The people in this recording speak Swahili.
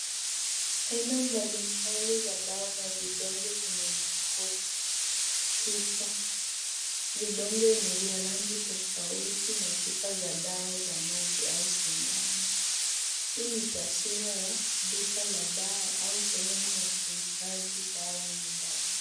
Aina mbalimbali za dawa na vidonge kwenye machupa. Vidonge ni vya rangi tofauti na chupa za dawa za maji au sindano. Hii ni taswira ya duka la dawa au sehemu ya kuhifadhi dawa nyumbani.